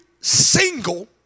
single